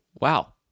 Wow